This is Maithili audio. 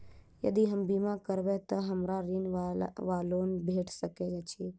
यदि हम बीमा करबै तऽ हमरा ऋण वा लोन भेट सकैत अछि?